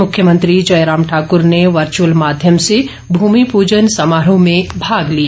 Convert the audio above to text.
मुख्यमंत्री जयराम ठाक्र ने वर्च्अल माध्यम से भूमि पूजन समारोह में भाग लिया